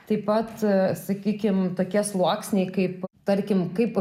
taip pat sakykim tokie sluoksniai kaip tarkim kaip